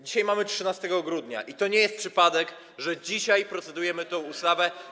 Dzisiaj mamy 13 grudnia i to nie jest przypadek, że dzisiaj procedujemy nad tą ustawą.